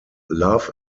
love